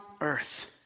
earth